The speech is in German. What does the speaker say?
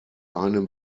einem